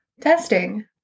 Testing